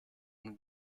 nun